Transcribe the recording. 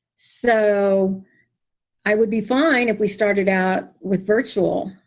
so i would be fine if we started out with virtual,